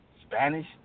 Spanish